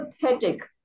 pathetic